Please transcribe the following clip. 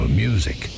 music